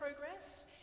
progress